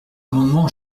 amendement